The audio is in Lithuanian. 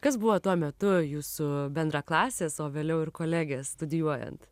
kas buvo tuo metu jūsų bendraklasės o vėliau ir kolegės studijuojant